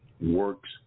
works